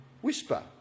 whisper